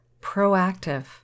proactive